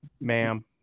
Ma'am